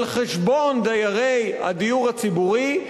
על חשבון דיירי הדיור הציבורי,